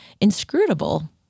inscrutable